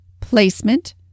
placement